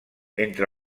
entre